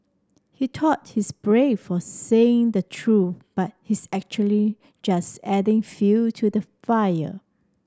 he thought he's brave for saying the truth but he's actually just adding fuel to the fire